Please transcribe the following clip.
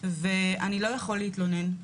ואני לא יכול להתלונן.